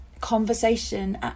conversation